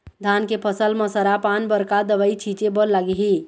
धान के फसल म सरा पान बर का दवई छीचे बर लागिही?